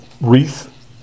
wreath